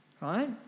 right